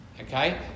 okay